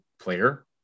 player